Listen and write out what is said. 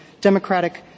democratic